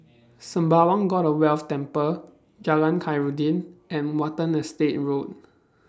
Sembawang God of Wealth Temple Jalan Khairuddin and Watten Estate Road